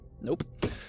Nope